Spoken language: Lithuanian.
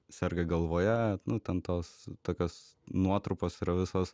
serga galvoje nu ten tos tokios nuotrupos yra visos